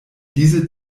diese